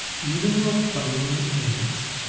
even while fighting the ants,